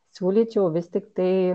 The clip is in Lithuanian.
siūlyčiau vis tiktai